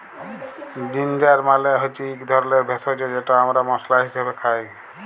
ginger মালে হচ্যে ইক ধরলের ভেষজ যেট আমরা মশলা হিসাবে খাই